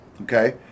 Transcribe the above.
Okay